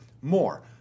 More